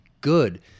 good